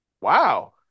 Wow